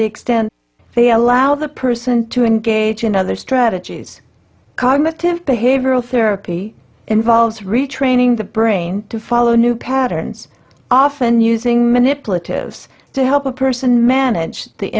the extent they allow the person to engage in other strategies cognitive behavioral therapy involves retraining the brain to follow new patterns often using manipulative to help a person manage the